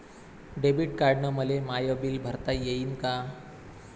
Debit कार्डानं मले माय बिल भरता येईन का?